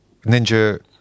ninja